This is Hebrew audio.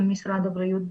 של משרד הבריאות,